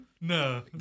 no